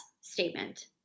statement